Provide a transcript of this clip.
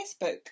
Facebook